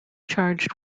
charged